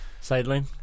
sideline